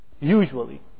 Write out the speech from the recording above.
usually